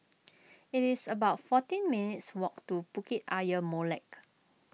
it is about fourteen minutes' walk to Bukit Ayer Molek